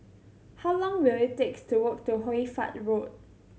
how long will it take to walk to Hoy Fatt Road